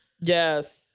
Yes